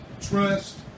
trust